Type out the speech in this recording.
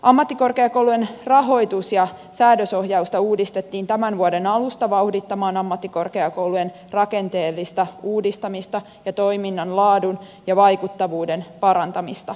ammattikorkeakoulujen rahoitus ja säädösohjausta uudistettiin tämän vuoden alussa vauhdittamaan ammattikorkeakoulujen rakenteellista uudistamista ja toiminnan laadun ja vaikuttavuuden parantamista